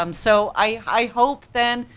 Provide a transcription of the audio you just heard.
um so i hope then,